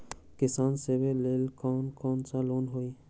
किसान सवे लेल कौन कौन से लोने हई?